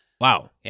Wow